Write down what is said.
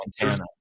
Montana